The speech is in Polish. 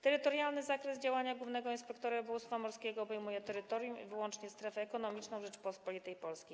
Terytorialny zakres działania głównego inspektora rybołówstwa morskiego obejmuje terytorium i wyłączną strefę ekonomiczną Rzeczypospolitej Polskiej.